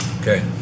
Okay